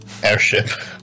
Airship